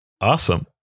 Awesome